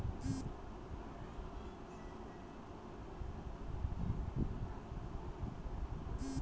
post ऑफिसेर ATM आइज खराब हइ गेल छ